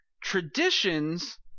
Traditions